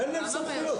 אין להם סמכויות.